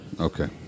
Okay